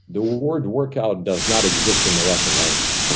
the word workout does not exist in the russian language.